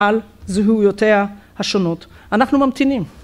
על זהויותיה השונות אנחנו ממתינים